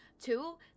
two